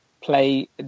play